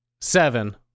Seven